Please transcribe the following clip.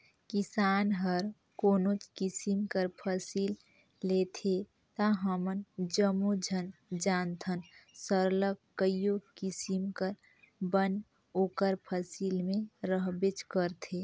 किसान हर कोनोच किसिम कर फसिल लेथे ता हमन जम्मो झन जानथन सरलग कइयो किसिम कर बन ओकर फसिल में रहबेच करथे